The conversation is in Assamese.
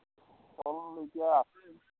ফল এতিয়া আছে